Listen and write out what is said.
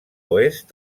oest